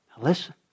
listen